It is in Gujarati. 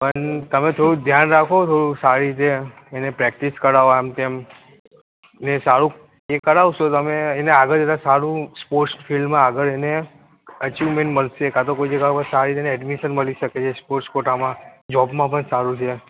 પણ તમે થોડું ધ્યાન રાખો થોડું સારી રીતે એને પ્રેક્ટિસ કરાવો આમ તેમ ને સારું એ કરાવશો તો તમે એને આગળ જતા સારું સ્પોર્ટ્સ ફીલ્ડમાં આગળ એને એચિવમેન્ટ મલશે કા તો કોઇ જગહ પર સારી જગહ એડમિશન મળી શકે જે સ્પોર્ટ્સ કોટામાં જોબમાં પણ સારું છે